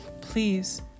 please